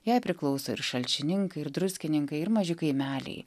jai priklauso ir šalčininkai ir druskininkai ir maži kaimeliai